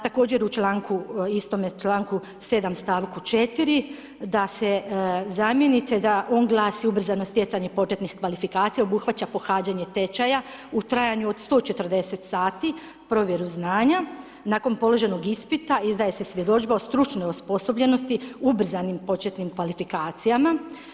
Također u članku, istome članku 7., st. 4. da se zamjeni da on glasi, ubrzano stjecanje početnih kvalifikacija obuhvaća pohađanje tečaja u trajanju od 140 sati, provjeru znanja, nakon položenog ispita izdaje se svjedodžba o stručnoj osposobljenosti ubrzanim početnim kvalifikacijama.